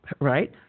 right